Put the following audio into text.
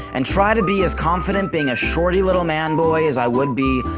and try to be as confident being a shorty little man-boy as i would be,